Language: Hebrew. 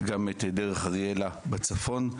גם את "דרך אריאלה" בצפון.